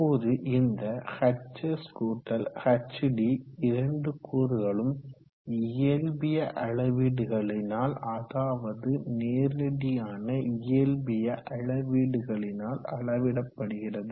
இப்போது இந்த hs hd இரண்டு கூறுகளும் இயல்பிய ஆளவீடுகளினால் அதாவது நேரடியான இயல்பிய அளவீடுகளினால் அளவிடப்படுகிறது